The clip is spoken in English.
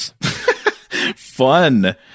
Fun